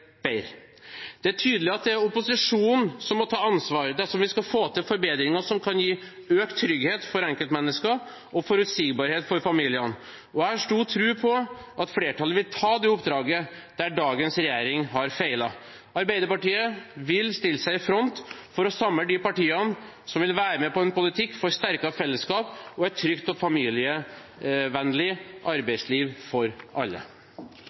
bedre. Det er tydelig at det er opposisjonen som må ta ansvar dersom vi skal få til forbedringer som gir økt trygghet for enkeltmennesker og forutsigbarhet for familiene. Jeg har stor tro på at flertallet vil ta det oppdraget der dagens regjering har feilet. Arbeiderpartiet vil stille seg i front for å samle de partiene som vil være med på en politikk for sterkere fellesskap og et trygt og familievennlig arbeidsliv for alle.